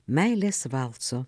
meilės valso